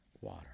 water